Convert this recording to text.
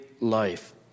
life